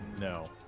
No